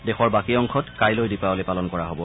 দেশৰ বাকী অংশত কাইলৈ দীপাৱলী পালন কৰা হ'ব